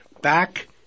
Back